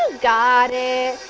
got it!